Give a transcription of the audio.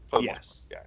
Yes